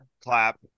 clap